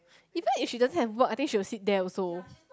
even if she doesn't have work I think she will sit there also